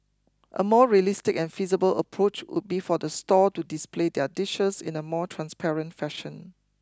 a more realistic and feasible approach would be for the stall to display their dishes in a more transparent fashion